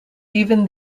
even